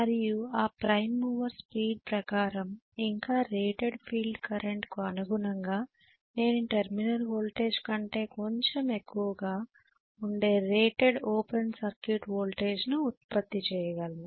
మరియు ఆ prime mover speed ప్రకారం ఇంకా రేటెడ్ ఫీల్డ్ కరెంట్కు అనుగుణంగా నేను టెర్మినల్ వోల్టేజ్ కంటే కొంచెం ఎక్కువగా ఉండే రేటెడ్ ఓపెన్ సర్క్యూట్ వోల్టేజ్ను ఉత్పత్తి చేయగలను